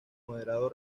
moderado